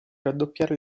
raddoppiare